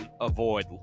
avoid